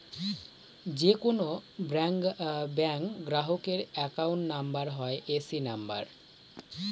যে কোনো ব্যাঙ্ক গ্রাহকের অ্যাকাউন্ট নাম্বার হয় এ.সি নাম্বার